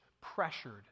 pressured